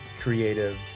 creative